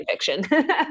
fiction